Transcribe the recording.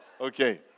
Okay